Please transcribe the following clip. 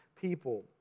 people